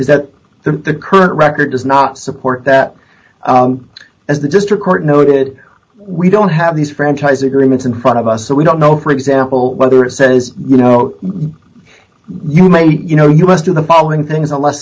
is that the current record does not support that as the district court noted we don't have these franchise agreements in front of us so we don't know for example whether it says you know you may you know you must do the following things